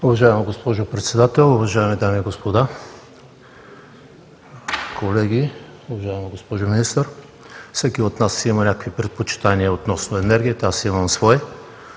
Уважаема госпожо Председател, уважаеми дами и господа, колеги, госпожо Министър! Всеки от нас си има някакви предпочитания относно енергията, аз си имам свои